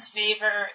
favor